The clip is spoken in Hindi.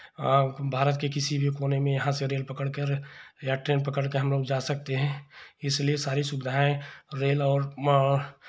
अब भारत के किसी भी कोने में यहाँ से रेल पकड़ कर या ट्रेन पकड़ के हमलोग जा सकते हैं इसलिए सारी सुविधाएं रेल और मा